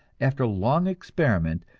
after long experiment,